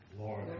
Lord